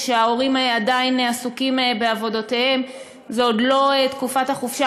כשההורים עדיין עסוקים בעבודותיהם וזאת עוד לא תקופת החופשה,